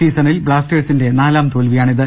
സീസണിൽ ബ്ലാസ്റ്റേഴ്സിന്റെ നാലാം തോൽവിയാണിത്